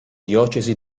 diocesi